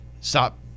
stop